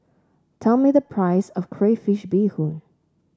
tell me the price of Crayfish Beehoon